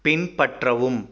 பின்பற்றவும்